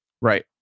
right